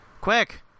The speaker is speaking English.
Quick